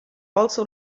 also